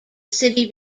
city